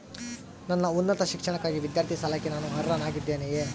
ನನ್ನ ಉನ್ನತ ಶಿಕ್ಷಣಕ್ಕಾಗಿ ವಿದ್ಯಾರ್ಥಿ ಸಾಲಕ್ಕೆ ನಾನು ಅರ್ಹನಾಗಿದ್ದೇನೆಯೇ?